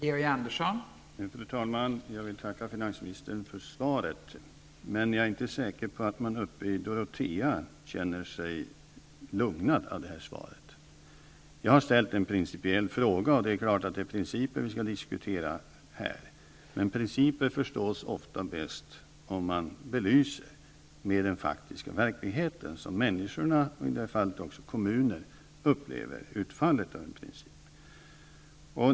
Fru talman! Jag vill tacka finansministern för svaret, men jag är inte säker på att man i Dorotea känner sig lugnad av svaret. Jag har ställt en principiell fråga, och det är klart att det är principer vi skall diskutera här, men principer förstås ofta bäst om man belyser dem med den faktiska verkligheten som människor -- och i det här fallet också kommuner -- upplever, dvs. utfallet av en princip.